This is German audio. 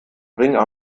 bringen